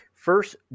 First